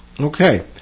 Okay